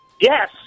Yes